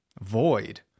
void